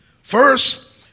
first